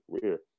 career